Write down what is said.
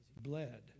bled